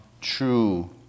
true